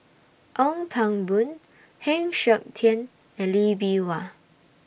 Ong Pang Boon Heng Siok Tian and Lee Bee Wah